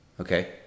Okay